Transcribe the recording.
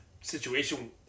situation